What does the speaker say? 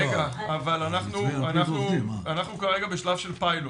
רגע, אבל אנחנו כרגע בשלב של פיילוט.